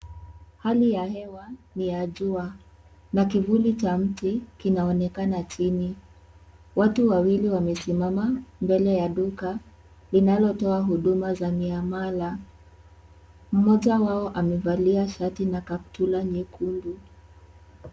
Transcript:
Hali ya hewa ni ya jua na kivuli cha mti kinaonekana chini watu wawili wamesimama mbele ya duka linalotoa huduma za miamala, mmoja wao amevalia shati na kaptura nyekundu.